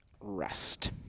Rest